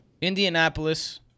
Indianapolis